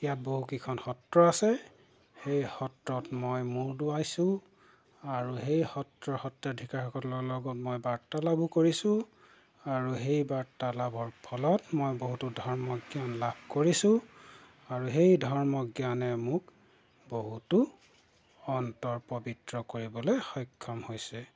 ইয়াত বহুকেইখন সত্ৰ আছে সেই সত্ৰত মই মূৰ দোৱাইছোঁ আৰু সেই সত্ৰৰ সত্ৰাধিকাৰসকলৰ লগত মই বাৰ্তালাপো কৰিছোঁ আৰু সেই বাৰ্তালাপৰ ফলত মই বহুতো ধৰ্মৰ জ্ঞান লাভ কৰিছোঁ আৰু সেই ধৰ্ম জ্ঞানে মোক বহুতো অন্তৰ পবিত্ৰ কৰিবলৈ সক্ষম হৈছে